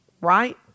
right